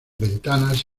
ventanas